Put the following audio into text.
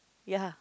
ya